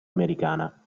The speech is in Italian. americana